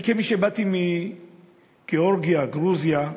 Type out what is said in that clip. כמי שבא מגאורגיה, גרוזיה,